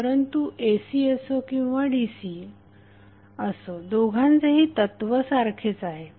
परंतु AC असो किंवा DC असो दोघांचेही तत्त्व सारखेच असेल